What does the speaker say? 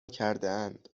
کردهاند